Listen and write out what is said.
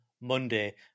Monday